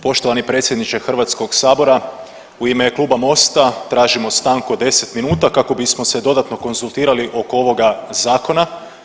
Poštovani predsjedniče Hrvatskog sabora u ime Kluba MOST-a tražimo stanku od 10 minuta kako bismo se dodatno konzultirali oko ovoga zakona.